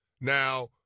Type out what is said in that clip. Now